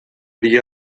dia